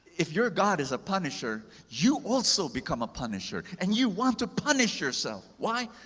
if your god is a punisher, you also become a punisher, and you want to punish yourself, why?